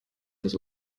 das